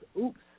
oops